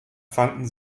fanden